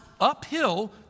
uphill